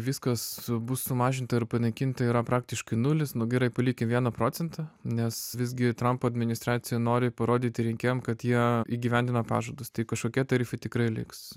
viskas bus sumažinta ir panaikinta yra praktiškai nulis nu gerai palikim vieną procentą nes visgi trampo administracija nori parodyti rinkėjam kad jie įgyvendina pažadus tai kažkokie tarifai tikrai liks